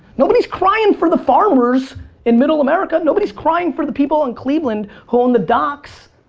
nobody's crying for the farmers in middle america. nobody's crying for the people in cleveland who owned the docks.